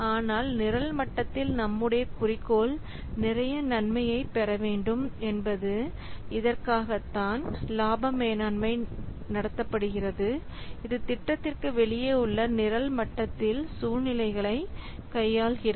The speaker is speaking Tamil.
ஆனால் நிரல் மட்டத்தில் நம்முடைய குறிக்கோள் நிறைய நன்மையை பெற வேண்டும் என்பது இதற்காகத்தான் லாபம் மேலாண்மை நடத்தப்படுகிறது இது திட்டத்திற்கு வெளியே உள்ள நிரல் மட்டத்தில் சூழ்நிலைகளை கையாள்கிறது